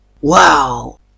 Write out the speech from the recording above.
Wow